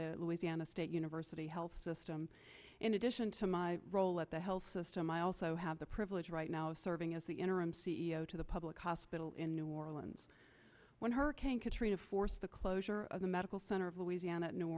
the louisiana state university health system in addition to my role at the health system i also have the privilege right now of serving as the interim c e o to the public hospital in new orleans when hurricane katrina forced the closure of the medical center of louisiana